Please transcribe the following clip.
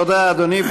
תודה, אדוני.